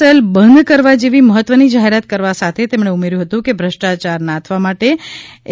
cell બંધ કરવા જેવી મહત્વની જાહેરાત કરવા સાથે તેમણે ઉમેર્થું હતું કે ભષ્ટ્રાચાર નાથવા માટે એ